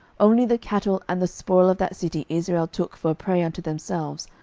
only the cattle and the spoil of that city israel took for a prey unto themselves,